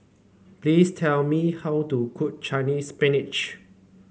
please tell me how to cook Chinese Spinach